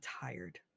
tired